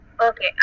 Okay